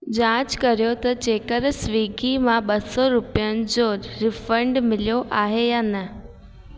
जांच करियो त जेकर स्विगी मां ॿ सौ रुपियनि जो रीफंड मिलियो आहे या न